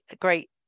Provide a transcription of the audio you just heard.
great